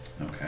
okay